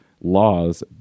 laws